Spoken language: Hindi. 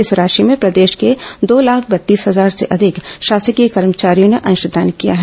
इस राशि में प्रदेश के दो लाख बत्तीस हजार से अधिक शासकीय कर्मचारियों ने अंशदान किया है